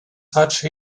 such